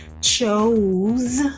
chose